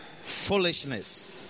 foolishness